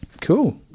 Cool